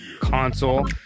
console